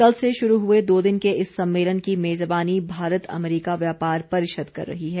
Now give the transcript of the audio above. कल से शुरू हुए दो दिन के इस सम्मेलन की मेजबानी भारत अमरीका व्यापार परिषद कर रही है